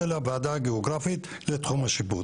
של הוועדה הגיאוגרפית לתחום השיפוט,